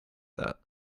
that